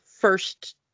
first